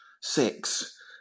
six